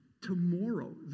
tomorrow